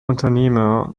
unternehmer